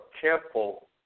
careful